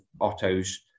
Otto's